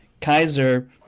Kaiser